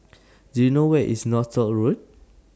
Do YOU know Where IS Northolt Road